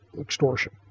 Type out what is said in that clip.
extortion